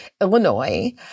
Illinois